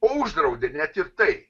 uždraudė net ir tai